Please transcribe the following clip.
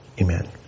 Amen